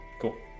Cool